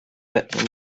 bedroom